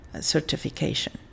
certification